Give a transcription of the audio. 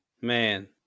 Man